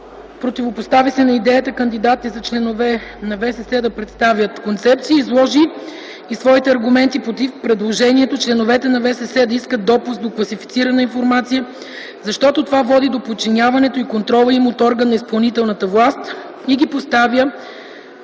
противопостави се на идеята кандидатите за членове на ВСС да представят концепция. Изложи и своите аргументи против предложението членовете на ВСС да искат допуск до класифицирана информация, защото това води до подчиняването и контрола им от орган на изпълнителната власт и ги поставя